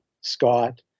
scott